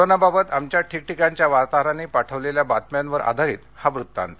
कोरोनाबाबत आमच्या ठिकठिकाणच्या वार्ताहरांनी पाठविलेल्या बातम्यांवर आधारित हा वृत्तांत